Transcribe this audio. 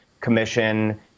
commission